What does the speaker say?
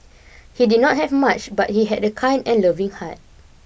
he did not have much but he had a kind and loving heart